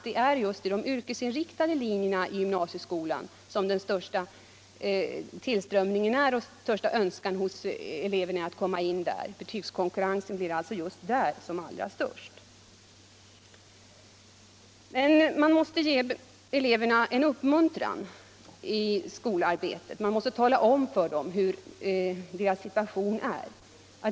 Det har kanske undgått herr Bohman att tillströmningen är störst just till de yrkesinriktade linjerna i gymnasieskolan. Betygskonkurrensen blir alltså allra störst där. Betygen ger eleverna uppmuntran i skolarbetet, sägs det, man måste tala om för dem hurdan deras situation i skolan är. är.